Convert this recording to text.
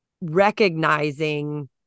recognizing